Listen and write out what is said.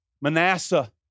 Manasseh